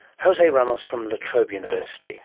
jose ramos from la trobe university